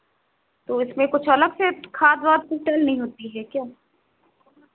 तो उसमें कुछ अलग से खाद वाद कुछ डालनी होती है क्या